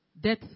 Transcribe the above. death